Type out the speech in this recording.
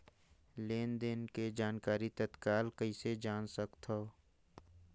लेन देन के जानकारी तत्काल कइसे जान सकथव?